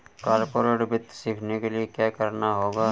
corporate वित्त सीखने के लिया क्या करना होगा